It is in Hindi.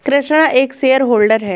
कृष्णा एक शेयर होल्डर है